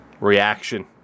reaction